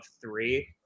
three